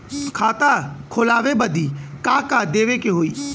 खाता खोलावे बदी का का देवे के होइ?